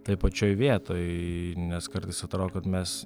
toj pačioj vietoj nes kartais atrodo kad mes